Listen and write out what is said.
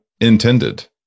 intended